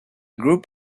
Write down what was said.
group